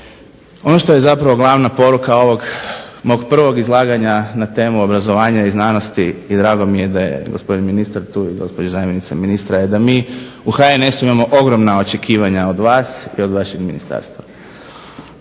ono što je zapravo glavna poruka ovog mog prvog izlaganja na temu obrazovanja i znanosti, i drago mi je da je gospodin ministar tu i gospođa zamjenica ministra, je da mi u HNS-u imamo ogromna očekivanja od vas i od vašeg ministarstva.